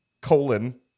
colon